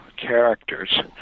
characters